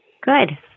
Good